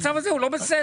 המצב הזה הוא לא בסדר.